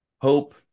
Hope